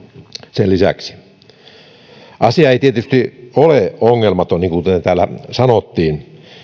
sen lisäksi eun mahdollisesti hyväksymä asia ei tietysti ole ongelmaton niin kuin täällä sanottiin